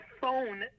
phone